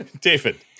David